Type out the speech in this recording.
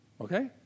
Okay